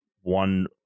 one